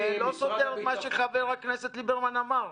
זה לא סותר את מה שחבר הכנסת ליברמן אמר.